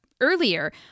earlier